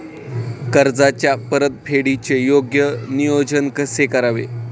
कर्जाच्या परतफेडीचे योग्य नियोजन कसे करावे?